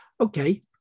okay